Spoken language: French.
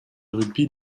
rugby